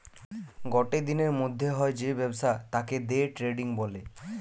গটে দিনের মধ্যে হয় যে ব্যবসা তাকে দে ট্রেডিং বলে